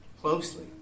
closely